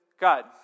God